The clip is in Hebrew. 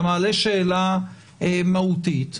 אתה מעלה שאלה מהותית,